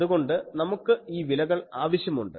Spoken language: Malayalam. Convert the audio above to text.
അതുകൊണ്ട് നമുക്ക് ഈ വിലകൾ ആവശ്യമുണ്ട്